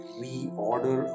reorder